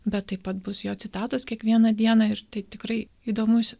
bet taip pat bus jo citatos kiekvieną dieną ir tai tikrai įdomus